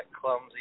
clumsy